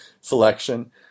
selection